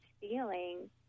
feeling